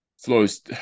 Flows